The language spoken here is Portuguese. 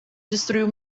destruiu